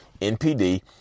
NPD